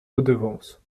redevances